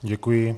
Děkuji.